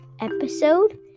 episode